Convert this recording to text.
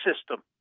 system